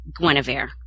Guinevere